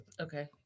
Okay